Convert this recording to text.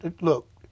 look